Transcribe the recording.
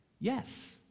yes